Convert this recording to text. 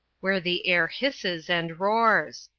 where the air hisses and roars.